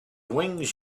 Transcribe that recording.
wings